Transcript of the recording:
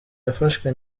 yafashwe